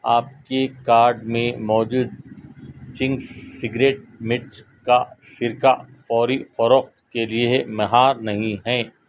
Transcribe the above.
آپ کے کارڈ میں موجود چنگس سیکریٹ مرچ کا سرکہ فوری فروخت کے لیے مہیا نہیں ہے